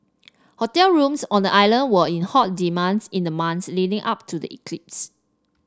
hotel rooms on the island were in hot demands in the months leading up to the eclipse